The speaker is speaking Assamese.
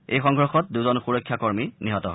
এই সংঘৰ্ষত দুজন সুৰক্ষা কৰ্মীও নিহত হয়